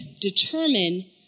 determine